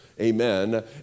Amen